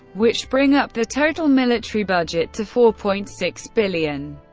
which bring up the total military budget to four point six billion.